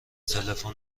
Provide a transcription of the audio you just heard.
تلفن